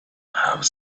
have